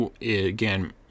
Again